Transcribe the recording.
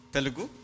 Telugu